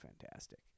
fantastic